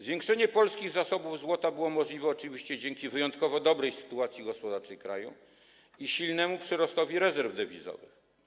Zwiększenie polskich zasobów złota było możliwe oczywiście dzięki wyjątkowo dobrej sytuacji gospodarczej kraju i silnemu przyrostowi rezerw dewizowych.